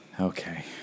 Okay